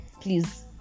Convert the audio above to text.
please